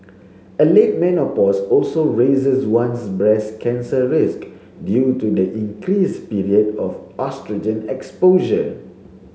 a late menopause also raises one's breast cancer risk due to the increased period of oestrogen exposure